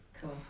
Cool